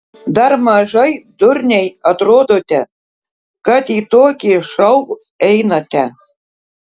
dar mažai durniai atrodote kad į tokį šou einate